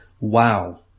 Wow